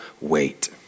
wait